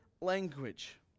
language